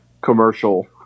commercial